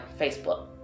Facebook